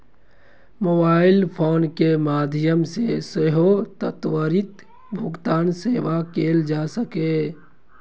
mobile phone के माध्यम सं सेहो त्वरित भुगतान सेवा कैल जा सकैए